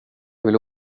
ville